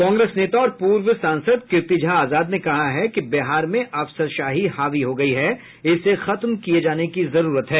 कांग्रेस नेता और पूर्व सांसद कीर्ति झा आजाद ने कहा है कि बिहार में अफसरशाही हावी हो गया है इसे खत्म किये जाने की जरूरत है